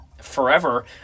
forever